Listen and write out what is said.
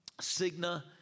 Cigna